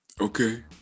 Okay